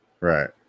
Right